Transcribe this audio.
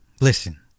listen